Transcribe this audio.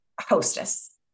hostess